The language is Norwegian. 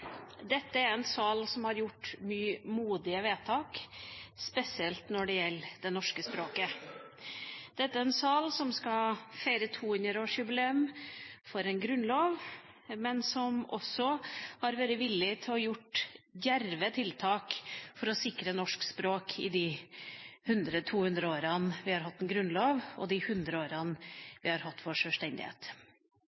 Dette er en sal som har gjort mange modige vedtak, spesielt når det gjelder det norske språket. Dette er en sal som skal feire 200-årsjubileum for en grunnlov, men som også har vært villig til å komme med djerve tiltak for å sikre norsk språk i de 200 årene vi har hatt en grunnlov og de 100 årene